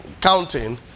counting